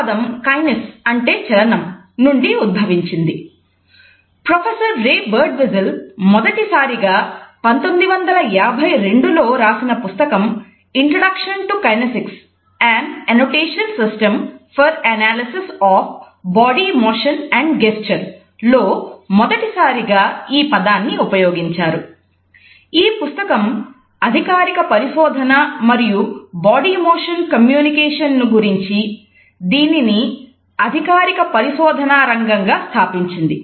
పద చరిత్ర ప్రకారం కైనేసిక్స్ గుర్తించి దీనిని అధికారిక పరిశోధన రంగంగా స్థాపించింది